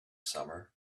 summer